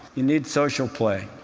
you need social play.